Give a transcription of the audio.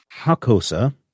Hakosa